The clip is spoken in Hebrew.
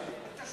או